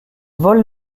vole